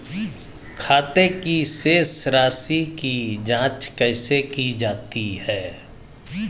खाते की शेष राशी की जांच कैसे की जाती है?